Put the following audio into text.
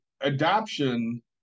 adoption